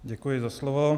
Děkuji za slovo.